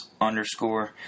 underscore